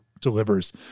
delivers